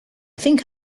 think